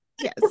yes